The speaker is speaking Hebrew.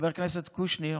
חבר הכנסת קושניר,